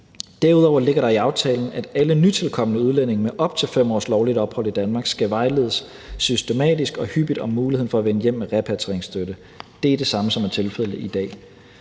Derudover ligger der i aftalen, at alle nytilkomne udlændinge med op til 5 års lovligt ophold i Danmark skal vejledes systematisk og hyppigt om muligheden for at vende hjem med repatrieringsstøtte. Det er det samme, der er tilfældet i dag.